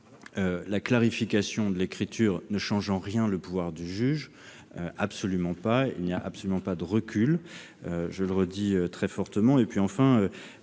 la clarification de l'écriture ne change en rien le pouvoir du juge. Il n'y a absolument pas de recul, je le redis fortement.